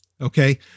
Okay